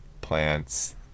plants